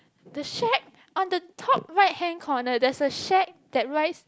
the shack on the top right hand corner there's a shack that writes